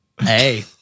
Hey